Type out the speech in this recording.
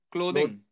Clothing